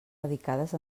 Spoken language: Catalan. radicades